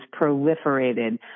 proliferated